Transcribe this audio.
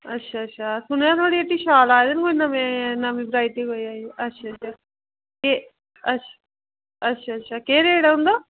सुनेआं थुआढ़ी हट्टी शॉल आये दे न नमी वैरायटी दे अच्छे अच्छा अच्छा केह् रेट ऐ उंदा